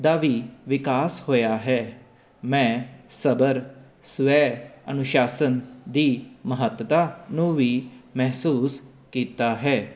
ਦਾ ਵੀ ਵਿਕਾਸ ਹੋਇਆ ਹੈ ਮੈਂ ਸਬਰ ਸਵੈ ਅਨੁਸ਼ਾਸਨ ਦੀ ਮਹੱਤਤਾ ਨੂੰ ਵੀ ਮਹਿਸੂਸ ਕੀਤਾ ਹੈ